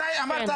מתי אמרת,